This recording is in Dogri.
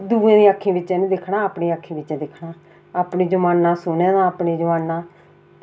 दूऐ दी अक्खीं बिच्चें नी दिक्खना अपनी अक्खीं कन्नै दिक्खना अपना जमाना सुने दा अपना जमाना